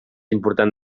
important